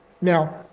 Now